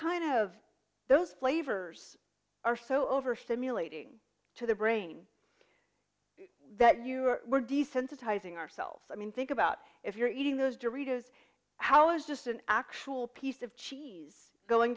kind of those flavors are so over stimulating to the brain that you are desensitizing ourselves i mean think about if you're eating those derivatives how is just an actual piece of cheese going